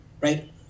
right